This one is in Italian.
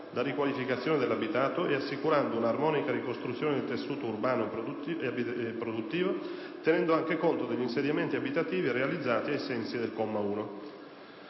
la riqualificazione dell'abitato e garantendo una armonica ricostituzione del tessuto urbano abitativo e produttivo, tenendo anche conto degli insediamenti abitativi realizzati ai sensi del comma 1».